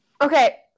Okay